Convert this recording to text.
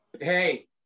Hey